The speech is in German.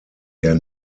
der